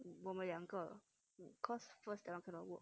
我买两个 cause the first [one] cannot work